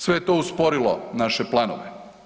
Sve je to usporilo naše planove.